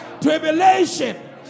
tribulation